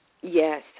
Yes